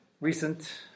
recent